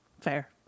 Fair